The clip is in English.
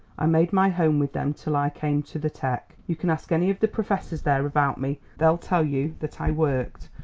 i made my home with them till i came to the tech. you can ask any of the professors there about me. they'll tell you that i worked.